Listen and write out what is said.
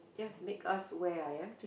yeah make us where I am to